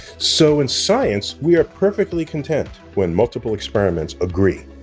so, in science, we are perfectly content when multiple experiments agree,